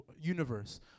universe